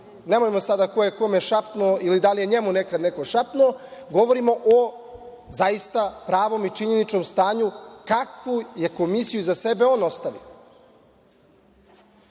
nemojmo sada ko je kome šapnuo ili da je njemu nekad neko šapnuo. Govorimo zaista o pravom i činjeničnom stanju kakvu je Komisiju iza sebe on ostavio. Osim